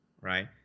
right